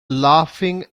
laughing